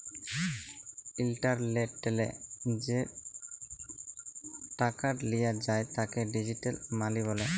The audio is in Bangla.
ইলটারলেটলে যে টাকাট লিয়া যায় তাকে ডিজিটাল মালি ব্যলে